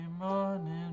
morning